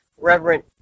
Reverend